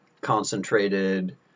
concentrated